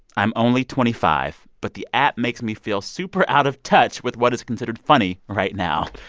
i'm only twenty five. but the app makes me feel super out-of-touch with what is considered funny right now.